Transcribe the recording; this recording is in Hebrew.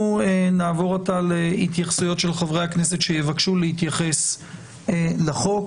אנחנו נעבור עתה להתייחסויות של חברי הכנסת שיבקשו להתייחס לחוק.